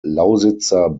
lausitzer